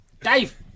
Dave